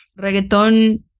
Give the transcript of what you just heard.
reggaeton